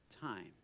time